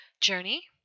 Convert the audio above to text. journey